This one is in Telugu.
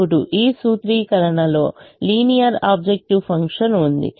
ఇప్పుడు ఈ సూత్రీకరణలో లీనియర్ ఆబ్జెక్టివ్ ఫంక్షన్ ఉంది